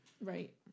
Right